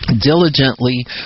diligently